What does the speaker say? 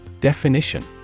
Definition